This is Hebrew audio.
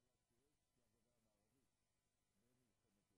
תועבר לדיון בוועדת הכלכלה.